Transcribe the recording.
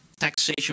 Taxation